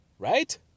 Right